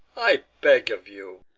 i beg of you.